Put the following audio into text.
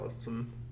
awesome